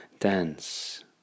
Dance